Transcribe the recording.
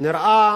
נראה